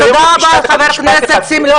תודה רבה, חבר הכנסת שמחה רוטמן.